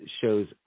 shows